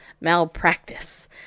malpractice